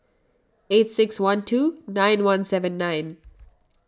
eight six one two nine one seven nine